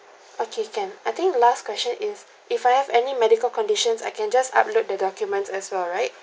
okay can I think last question is if I have any medical conditions I can just upload the documents as well right